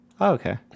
okay